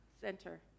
Center